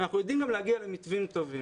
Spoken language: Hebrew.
אנחנו יודעים גם להגיע למתווים טובים.